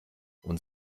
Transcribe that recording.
und